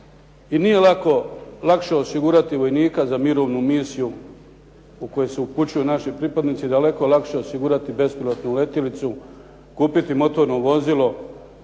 I nije lako, lakše osigurati vojnika za mirovnu misiju u koju se upućuju naši pripadnici. Daleko je lakše osigurati besplatnu letjelicu, kupiti motorno vozilo